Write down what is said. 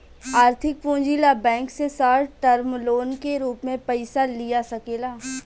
आर्थिक पूंजी ला बैंक से शॉर्ट टर्म लोन के रूप में पयिसा लिया सकेला